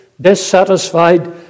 dissatisfied